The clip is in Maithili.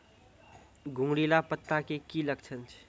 घुंगरीला पत्ता के की लक्छण छै?